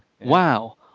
wow